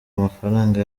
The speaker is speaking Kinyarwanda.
amafaranga